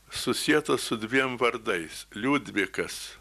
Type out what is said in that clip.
susietos su dviem vardais liudvikas